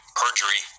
perjury